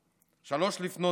03:00,